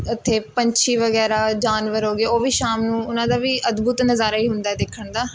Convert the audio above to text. ਇੱਥੇ ਪੰਛੀ ਵਗੈਰਾ ਜਾਨਵਰ ਹੋ ਗਏ ਉਹ ਵੀ ਸ਼ਾਮ ਨੂੰ ਉਹਨਾਂ ਦਾ ਵੀ ਅਦਭੁਤ ਨਜ਼ਾਰਾ ਹੀ ਹੁੰਦਾ ਹੈ ਦੇਖਣ ਦਾ